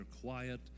quiet